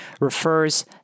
refers